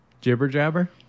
Jibber-jabber